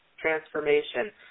transformation